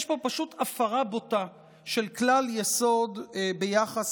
יש פה פשוט הפרה בוטה של כלל-יסוד ביחס